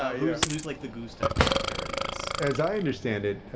ah yeah who's, like, the goose-type character in this? as i understand it,